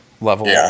level